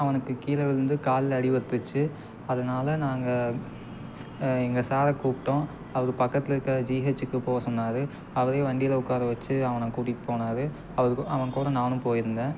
அவனுக்கு கீழே விழுந்து காலில் அடிபட்டுருச்சு அதனால் நாங்கள் எங்கள் சாரை கூப்பிட்டோம் அவர் பக்கத்தில் இருக்க ஜிஹெச்சுக்கு போக சொன்னார் அவரே வண்டியில் உட்கார வெச்சு அவனை கூட்டிட்டு போனார் அவர் அவன் கூட நானும் போய்ருந்தேன்